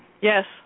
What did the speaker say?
Yes